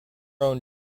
own